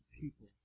people